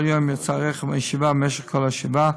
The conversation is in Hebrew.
כל יום יצא רכב מהישיבה, במשך כל השבעה,